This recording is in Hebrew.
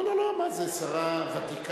לא, מה זה, שרה ותיקה.